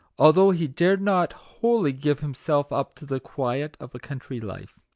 although he dared not wholly give himself up to the quiet of a country life.